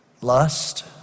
Lust